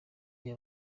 gihe